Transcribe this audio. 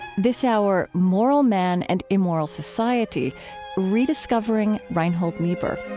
this hour, moral man and immoral society rediscovering reinhold niebuhr.